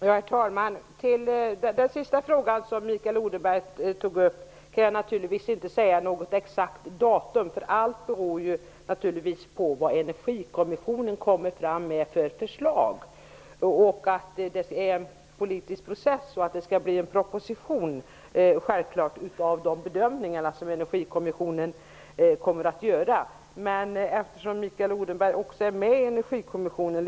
Herr talman! Jag kan naturligtvis inte svara med något exakt datum på den sista fråga som Mikael Odenberg ställde. Allt beror naturligtvis på vilka förslag Energikommissionen kommer fram till. Det är en politisk process. Det skall självklart bli en proposition utifrån de bedömningar som Energikommissionen kommer att göra. Mikael Odenberg, liksom jag själv, är med i Energikommissionen.